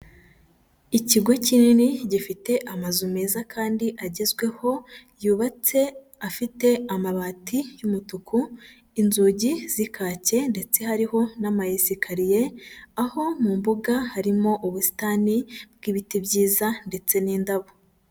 Ikigo kinini gifite amazu meza kandi agezweho yubatse afite amabati y'umutuku, inzugi z'ikake ndetse hariho n'ama esikariye, aho mu mbuga harimo ubusitani bw'ibiti byiza ndetse n'indabo.